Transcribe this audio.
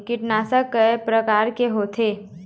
कीटनाशक कय प्रकार के होथे?